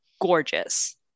gorgeous